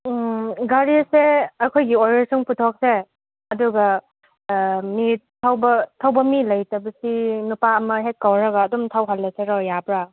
ꯎꯝ ꯒꯥꯔꯤꯁꯦ ꯑꯩꯈꯣꯏꯒꯤ ꯑꯣꯏꯔ ꯁꯨꯝ ꯄꯨꯊꯣꯛꯁꯦ ꯑꯗꯨꯒ ꯃꯤ ꯊꯧꯕ ꯊꯧꯕ ꯃꯤ ꯂꯩꯇꯕꯁꯤ ꯅꯨꯄꯥ ꯑꯃ ꯍꯦꯛ ꯀꯧꯔꯒ ꯑꯗꯨꯝ ꯊꯧꯍꯜꯂꯁꯤꯔꯣ ꯌꯥꯕ꯭ꯔꯣ